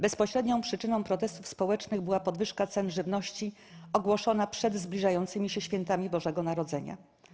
Bezpośrednią przyczyną protestów społecznych była podwyżka cen żywności ogłoszona przed zbliżającymi się świętami Bożego Narodzenia.